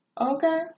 Okay